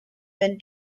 been